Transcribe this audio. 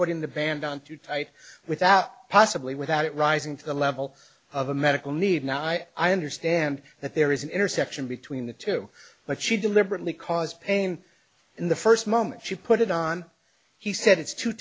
rting the band on to fight without possibly without it rising to the level of a medical need now i understand that there is an intersection between the two but she deliberately caused pain in the first moment she put it on he said it's too